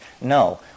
No